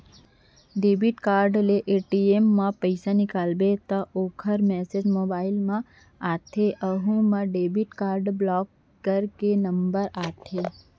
debit card ले ATM म पइसा निकालबे त ओकर मेसेज मोबाइल म आथे ओहू म डेबिट कारड ब्लाक करे के नंबर आथे